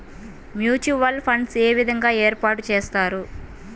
Mutual funds ఏ విధంగా ఏర్పాటు చేస్తారు?